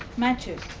matches.